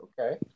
Okay